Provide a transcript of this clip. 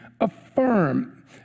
affirm